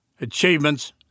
achievements